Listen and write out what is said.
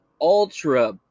ultra